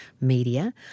media